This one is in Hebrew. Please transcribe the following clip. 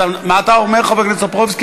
11, נמנעו, אפס.